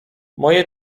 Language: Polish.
moje